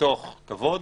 מתוך כבוד,